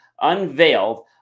Unveiled